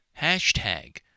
hashtag